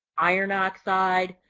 iron oxide,